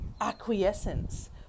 acquiescence